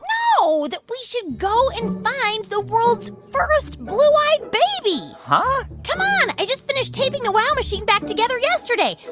no, that we should go and find the world's first blue-eyed baby huh? come on. i just finished taping the wow machine back together yesterday.